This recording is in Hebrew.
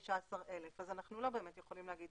ה-15,000 אז אנחנו לא באמת יכולים להגיד